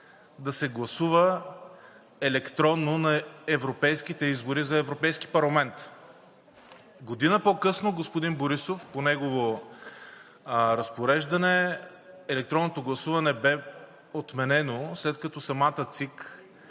да се гласува електронно на европейските избори за Европейски парламент. Година по-късно по разпореждане на господин Борисов електронното гласуване бе отменено, след като самата ЦИК